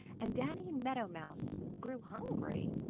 and danny meadow mouse grew hungry,